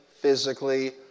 physically